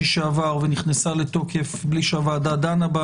שעבר ונכנסה לתוקף בלי שהוועדה דנה בה